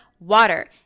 Water